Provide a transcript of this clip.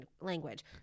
language